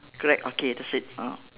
correct okay that's it ah